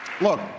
Look